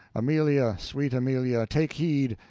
amelia, sweet amelia, take heed,